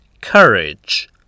Courage